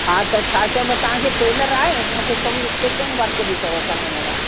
हा त छा चइबो आहे तव्हांखे टेलर आहे मुखे छो की स्टिचिंग वर्क बि थोरो कराइणो आहे